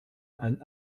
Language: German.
ein